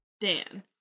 Dan